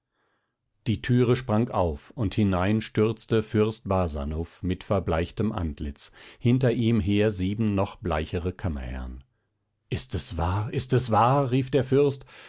die türe sprang auf und hinein stürzte fürst barsanuph mit verbleichtem antlitz hinter ihm her sieben noch bleichere kammerherrn ist es wahr ist es wahr rief der fürst